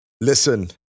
listen